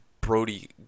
Brody